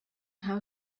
how